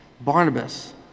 Barnabas